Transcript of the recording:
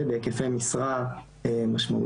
בהיקפי משרה משמעותיים,